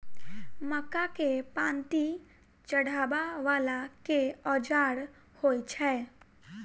मक्का केँ पांति चढ़ाबा वला केँ औजार होइ छैय?